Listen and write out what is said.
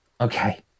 Okay